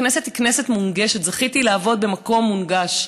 הכנסת היא כנסת מונגשת, זכיתי לעבוד במקום מונגש,